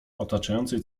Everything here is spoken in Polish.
otaczającej